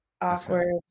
awkward